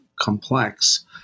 complex